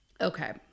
Okay